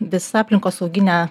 visa aplinkosauginė